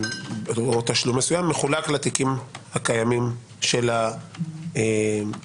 או תשלום מסוים, מחולק לתיקים הקיימים של החייב.